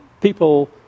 people